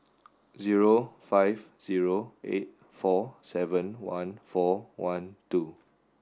zero five zero eight four seven one four one two